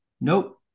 nope